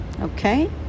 Okay